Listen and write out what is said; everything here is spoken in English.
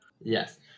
Yes